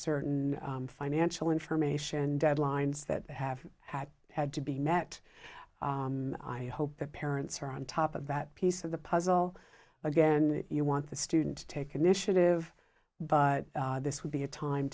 certain financial information and deadlines that have had had to be met i hope the parents are on top of that piece of the puzzle again you want the student to take initiative but this would be a time